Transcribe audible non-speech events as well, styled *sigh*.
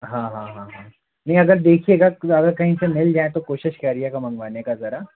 हाँ हाँ हाँ हाँ नहीं अगर देखिएगा *unintelligible* अगर कहीं से मिल जाए तो कोशिश करिएगा मंगवाने की ज़रा